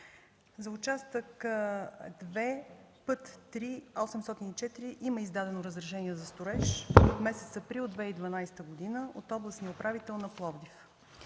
За участък 2 на път ІІІ-804 има издадено разрешение за строеж от месец април 2012 г. от областния управител на град Пловдив.